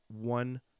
one